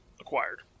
acquired